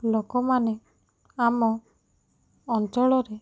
ଲୋକମାନେ ଆମ ଅଞ୍ଚଳରେ